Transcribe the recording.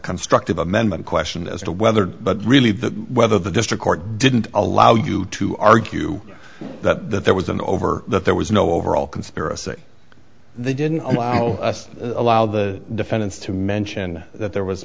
constructive amendment question as to whether but really the whether the district court didn't allow you to argue that there was an over that there was no overall conspiracy they didn't allow a loud the defendants to mention that there was